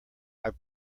i’ve